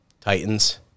Titans